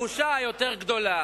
הבושה היותר גדולה